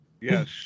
Yes